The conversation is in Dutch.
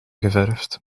geverfd